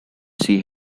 see